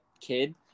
kid